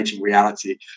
reality